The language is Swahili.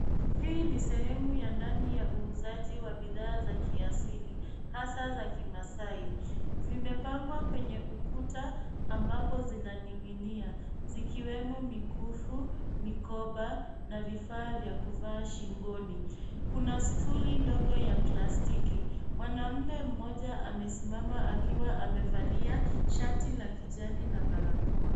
Hii ni sehemu ya ndani ya uuzaji wa bidhaa za kiasili, hasaa za kimaasai. Zimepangwa kwenye ukuta ambapo zinaning'inia zikiwemo mikufu, mikoba na vifaa vya kuvaa shingoni. Kuna stuli ndogo ya plastiki. Mwanaume mmoja amesimama akiwa amevalia shati la kijani na barakoa.